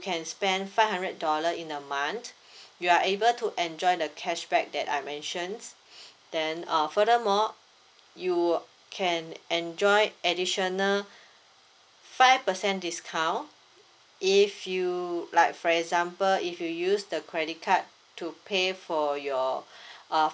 can spend five hundred dollar in a month you are able to enjoy the cashback that I mentions then uh furthermore you can enjoy additional five percent discount if you like for example if you use the credit card to pay for your uh